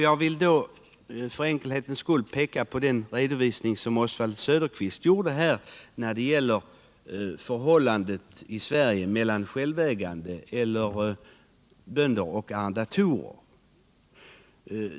Jag vill då för enkelhetens skull peka på den redovisning som Oswald Söderqvist nyss gjorde när det gäller förhållandet i Sverige mellan självägande bönder och arrendatorer.